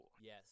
Yes